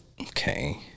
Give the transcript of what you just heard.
Okay